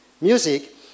music